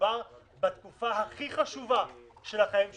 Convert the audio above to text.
מדובר בתקופה הכי חשובה של החיים שלהם,